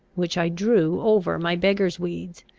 which i drew over my beggar's weeds,